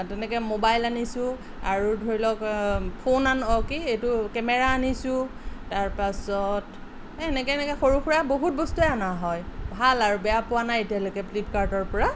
আৰু তেনেকৈ ম'বাইল আনিছোঁ আৰু ধৰি লওক ফোন আনো অঁ কি এইটো কেমেৰা আনিছোঁ তাৰপাছত সেই এনেকৈ এনেকৈ সৰু সুৰা বহুত বস্তুৱে আনা হয় ভাল আৰু বেয়া পোৱা নাই এতিয়ালৈকে ফ্লিপকাৰ্টৰপৰা